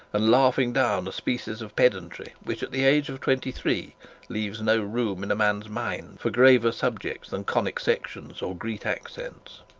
and laughing down a species of pedantry which at the age of twenty-three leaves no room in a man's mind for graver subjects than conic sections or greek accents.